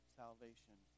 salvation